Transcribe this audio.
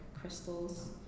crystals